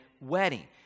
wedding